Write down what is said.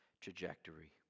trajectory